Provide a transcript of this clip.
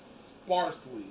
sparsely